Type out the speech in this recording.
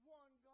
one